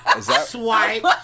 Swipe